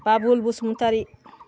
Babul Basumatary